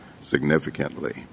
significantly